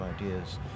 ideas